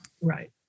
Right